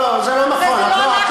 לא לא, זה לא נכון, את לא צודקת.